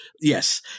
Yes